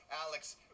Alex